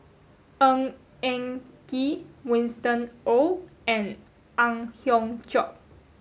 Ng Eng Kee Winston Oh and Ang Hiong Chiok